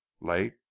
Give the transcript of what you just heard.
late